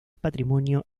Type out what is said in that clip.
patrimonio